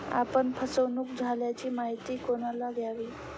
आपण फसवणुक झाल्याची माहिती कोणाला द्यावी?